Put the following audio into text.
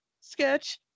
sketch